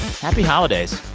happy holidays.